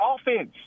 offense